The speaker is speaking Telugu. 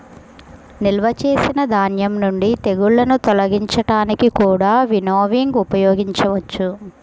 నిల్వ చేసిన ధాన్యం నుండి తెగుళ్ళను తొలగించడానికి కూడా వినోవింగ్ ఉపయోగించవచ్చు